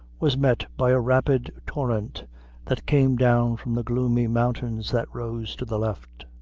was met by a rapid torrent that came down from the gloomy mountains that rose to the left.